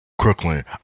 Crooklyn